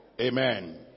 Amen